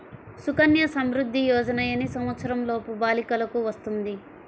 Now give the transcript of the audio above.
సుకన్య సంవృధ్ది యోజన ఎన్ని సంవత్సరంలోపు బాలికలకు వస్తుంది?